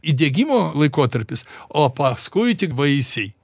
įdiegimo laikotarpis o paskui tik vaisiai